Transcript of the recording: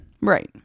Right